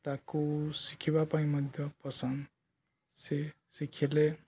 ତାକୁ ଶିଖିବା ପାଇଁ ମଧ୍ୟ ପସନ୍ଦ ସେ ଶିଖିଲେ